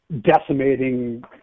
decimating